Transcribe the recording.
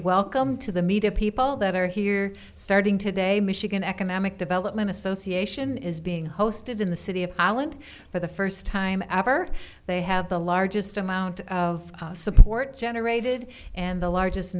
welcome to the media people that are here starting today michigan economic development association is being hosted in the city of ireland for the first time ever they have the largest amount of support generated and the largest